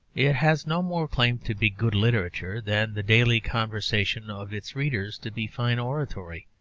it has no more claim to be good literature than the daily conversation of its readers to be fine oratory,